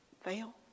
fail